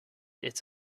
its